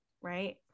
right